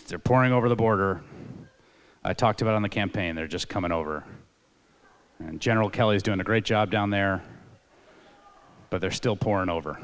they're pouring over the border i talked about on the campaign they're just coming over in general kelly is doing a great job down there but they're still pouring over